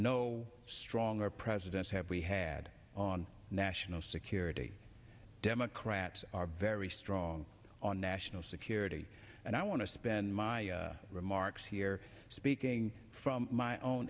no stronger presidents have we had on national security democrats are very strong on national security and i want to spend my remarks here speaking from my own